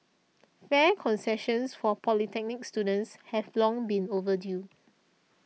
fare concessions for polytechnic students have long been overdue